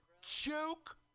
Joke